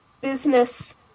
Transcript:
business